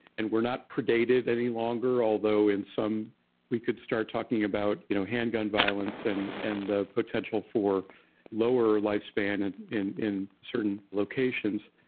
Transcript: and we're not predated any longer although in some we could start talking about you know handgun violence and and the potential for lower lifespan and in in certain locations.